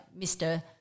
Mr